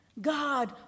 God